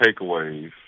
takeaways